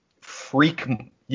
freak